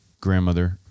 grandmother